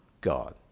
God